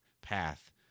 path